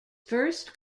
first